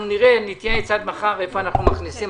אנחנו נתייעץ עד מחר איפה אנחנו מכניסים,